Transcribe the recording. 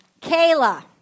Kayla